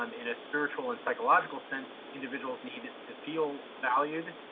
um in a spiritual and psychological sense, individuals need to feel valued.